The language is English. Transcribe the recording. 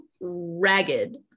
ragged